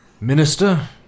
Minister